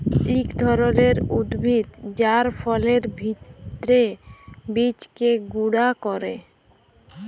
ইক ধরলের উদ্ভিদ যার ফলের ভিত্রের বীজকে গুঁড়া ক্যরে